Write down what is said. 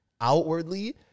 outwardly